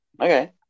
Okay